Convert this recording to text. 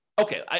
Okay